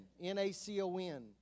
N-A-C-O-N